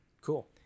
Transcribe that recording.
Cool